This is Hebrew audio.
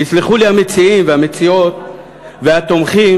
יסלחו לי המציעים והמציעות והתומכים,